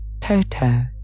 Toto